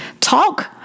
talk